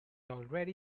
already